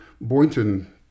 Boynton